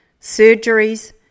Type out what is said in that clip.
surgeries